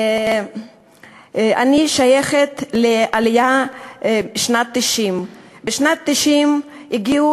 אני שייכת לעליית שנת 1990. בשנת 1990 הגיעו